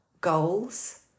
goals